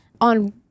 on